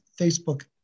Facebook